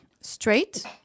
straight